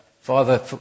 Father